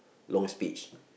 long speech